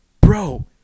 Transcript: bro